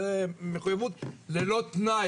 זה מחויבות ללא תנאי,